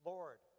Lord